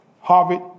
Harvard